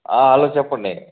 hello చెప్పండి